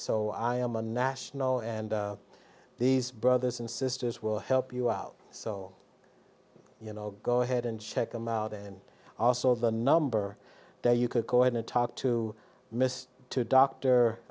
so i am a national and these brothers and sisters will help you out so you know go ahead and check them out and also the number there you could go in and talk to miss doctor